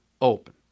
open